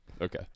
Okay